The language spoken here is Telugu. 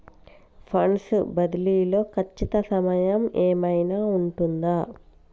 ఫండ్స్ బదిలీ లో ఖచ్చిత సమయం ఏమైనా ఉంటుందా?